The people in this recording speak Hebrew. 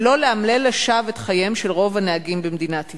ולא לאמלל לשווא את חייהם של רוב הנהגים במדינת ישראל?